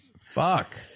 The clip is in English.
fuck